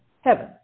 heaven